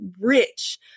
rich